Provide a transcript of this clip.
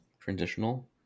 transitional